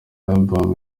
album